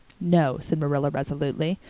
no, said marilla resolutely,